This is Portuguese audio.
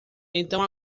então